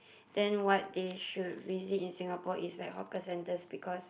then what they should visit in Singapore is like hawker centres because